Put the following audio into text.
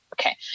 Okay